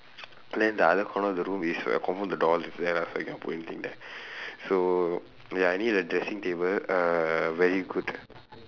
then the other corner of the room is where confirm the door lah is there so I can't put anything there so ya I need a dressing table a very good